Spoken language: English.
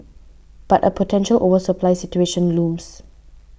but a potential oversupply situation looms